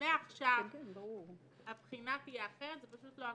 "מעכשיו הבחינה תהיה אחרת", זה פשוט לא הגון,